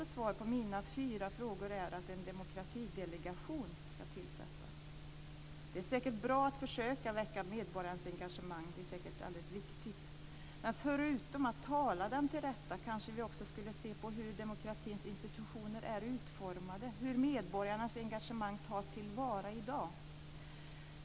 Ska vi åstadkomma förändringar räcker det inte med enbart analyser av sakernas nuvarande tillstånd.